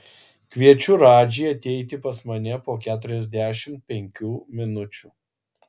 kviečiu radžį ateiti pas mane po keturiasdešimt penkių minučių